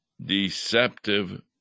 deceptive